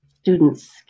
students